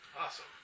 Awesome